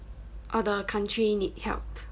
all the country need help